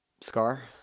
Scar